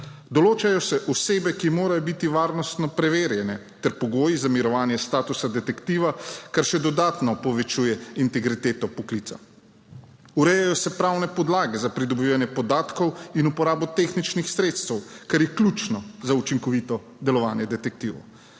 Določajo se osebe, ki morajo biti varnostno preverjene, ter pogoji za mirovanje statusa detektiva, kar še dodatno povečuje integriteto poklica. Urejajo se pravne podlage za pridobivanje podatkov in uporabo tehničnih sredstev, kar je ključno za učinkovito delovanje detektivov.